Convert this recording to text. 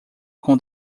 com